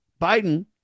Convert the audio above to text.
Biden